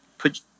Put